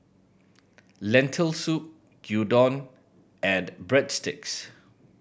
Lentil Soup Gyudon and Breadsticks